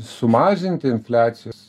sumažinti infliacijos